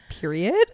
Period